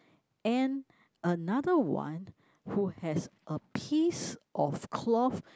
and another one who has a piece of cloth